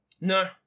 No